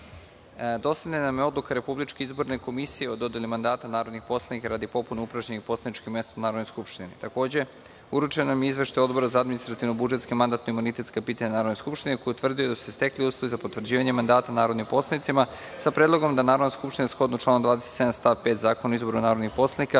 vam je Odluka Republičke izborne komisije o dodeli mandata narodnih poslanika radi popune upražnjenih poslaničkih mesta narodnih poslanika u Skupštini. Takođe, uručen vam je Izveštaj Odbora za administrativno-budžetska i mandatno-imunitetska pitanja Narodne skupštine, koji je utvrdio da su se stekli uslovi za potvrđivanje mandata narodnim poslanicima, sa predlogom da Narodna skupština, shodno članu 27. stav 5. Zakona o izboru narodnih poslanika,